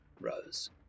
Rose